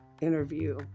interview